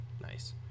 nice